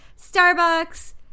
Starbucks